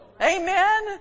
amen